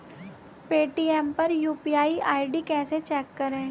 Paytm पर UPI ID कैसे check करें?